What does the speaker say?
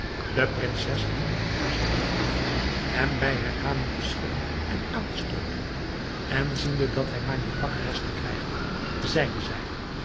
de prinses liet intusschen niet af hem bij herhaling te schudden en aan te stooten en ziende dat hij maar niet wakker was te krijgen zeide zij